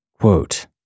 quote